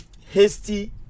hasty